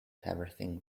everything